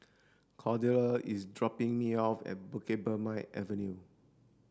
Cordella is dropping me off at Bukit Purmei Avenue